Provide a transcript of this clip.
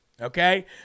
Okay